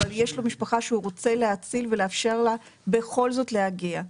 אבל יש לו משפחה שהוא רוצה להציל ולאפשר לה בכל זאת להגיע,